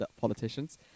politicians